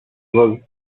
was